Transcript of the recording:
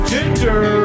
Ginger